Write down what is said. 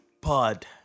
Pod